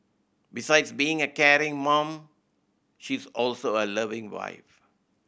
besides being a caring mom she is also a loving wife